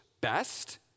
best